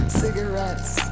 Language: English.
cigarettes